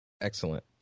Excellent